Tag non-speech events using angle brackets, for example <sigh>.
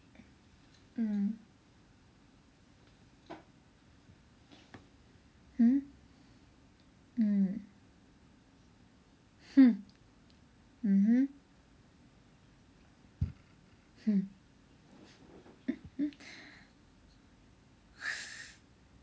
mm hmm mm <laughs> mmhmm hmm <laughs>